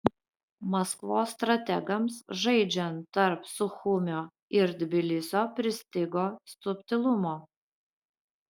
maskvos strategams žaidžiant tarp suchumio ir tbilisio pristigo subtilumo